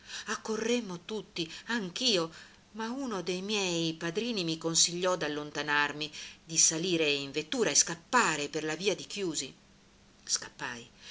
morto accorremmo tutti anch'io ma uno dei miei padrini mi consigliò d'allontanarmi di salire in vettura e scappare per la via di chiusi scappai